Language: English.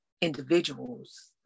individuals